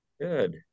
Good